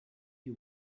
you